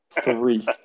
three